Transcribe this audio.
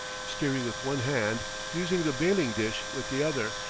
steering with one hand, using the bailing-dish with the other,